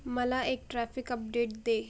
मला एक traffic update दे